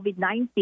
COVID-19